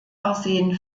arsen